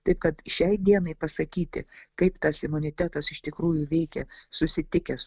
taip kad šiai dienai pasakyti kaip tas imunitetas iš tikrųjų veikė susitikęs